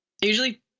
usually